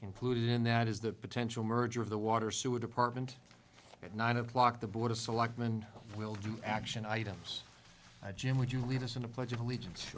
included in that is that potential merger of the water sewer department at nine o'clock the board of selectmen will do action items jim would you leave us in the pledge of allegiance